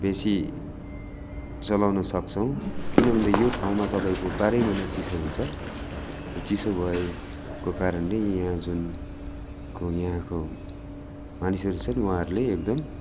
बेसी चलाउन सक्छौँ किनभन्दा यो ठाउँमा तपाईँको बाह्रै महिना चिसो हुन्छ र चिसो भएको कारणले यहाँ जुनको यहाँको मानिसरू छन् उहाँहरूले एकदम